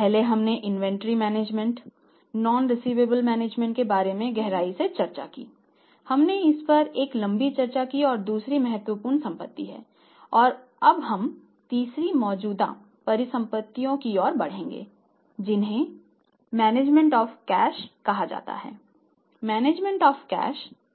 पहले हमने inventory management